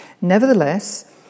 Nevertheless